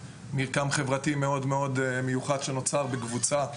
גם מרקם חברתי מיוחד שנוצר בקבוצה,